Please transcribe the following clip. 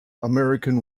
american